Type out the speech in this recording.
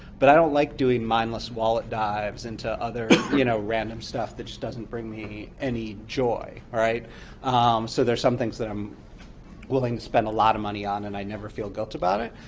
but i don't like doing mindless wallet dives into other you know random stuff that just doesn't bring me any joy. so there are some things that i'm willing to spend a lot of money on and i never feel guilt about it,